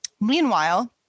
Meanwhile